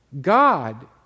God